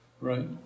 right